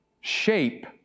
shape